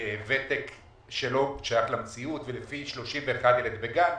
ותק שלא שייך למציאות ולפי 31 ילדים בגן.